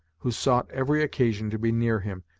who sought every occasion to be near him,